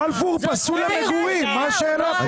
בלפור פסול למגורים, מה השאלה פה?